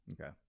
okay